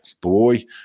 boy